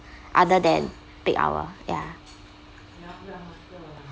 other than peak hour ya